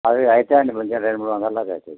అవి అవుతాయి అండి కొంచెం రెండు మూడొందలు దాకా అవుతాయి